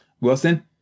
Wilson